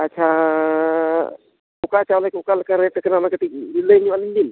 ᱟᱪᱪᱷᱟ ᱚᱠᱟ ᱪᱟᱣᱞᱮ ᱠᱚ ᱚᱠᱟ ᱞᱮᱠᱟ ᱨᱮᱹᱴ ᱠᱟᱹᱴᱤᱡ ᱞᱟᱹᱭ ᱧᱚᱜ ᱟᱹᱞᱤᱧ ᱵᱤᱱ